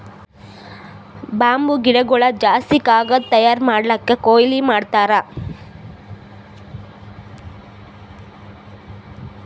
bamboo ಗಿಡಗೊಳ್ ಜಾಸ್ತಿ ಕಾಗದ್ ತಯಾರ್ ಮಾಡ್ಲಕ್ಕೆ ಕೊಯ್ಲಿ ಮಾಡ್ತಾರ್